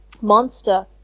monster